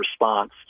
response